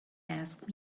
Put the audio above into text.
asked